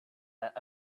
that